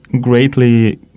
greatly